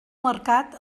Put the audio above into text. mercat